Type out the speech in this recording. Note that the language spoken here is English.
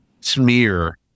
smear